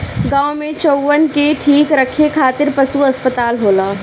गाँव में चउवन के ठीक रखे खातिर पशु अस्पताल होला